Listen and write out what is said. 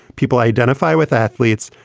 people identify with athletes,